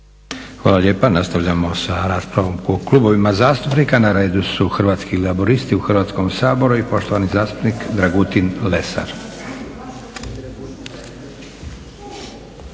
Hvala lijepa. Nastavljamo sa raspravom po klubovima zastupnika. Na redu su Hrvatski laburisti u Hrvatskom saboru i poštovani zastupnik Dragutin Lesar.